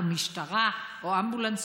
משטרה או אמבולנס,